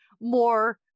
more